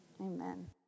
Amen